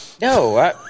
No